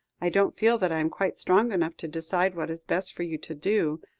i don't feel that i am quite strong enough to decide what is best for you to do,